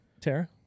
Tara